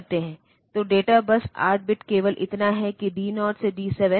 तो data bus 8 bit केवल इतना है डी 0 से डी 7